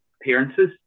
appearances